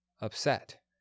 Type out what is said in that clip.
upset